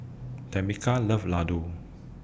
Tamica loves Ladoo